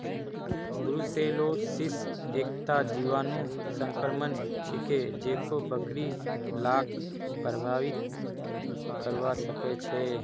brucellosis एकता जीवाणु संक्रमण छिके जेको बकरि लाक प्रभावित करवा सकेछे